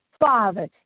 Father